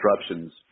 disruptions